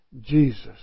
Jesus